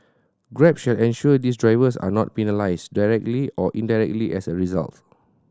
grab shall ensure these drivers are not penalised directly or indirectly as a result